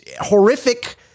horrific